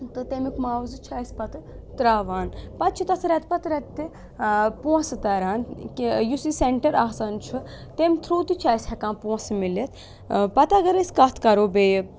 تہٕ تَمیُک مُعاوضہٕ چھُ اَسہِ پَتہٕ ترٛاوان پَتہٕ چھِ تَتھ رٮ۪تہٕ پَتہٕ رٮ۪تہٕ تہِ پونٛسہٕ تَران کہِ یُس یہِ سٮ۪نٹَر آسان چھُ تَمہِ تھرٛوٗ تہِ چھِ اَسہِ ہٮ۪کان پونٛسہٕ میلِتھ پَتہٕ اَگر أسۍ کَتھ کَرو بیٚیہِ